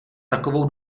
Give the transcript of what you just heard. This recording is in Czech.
takovou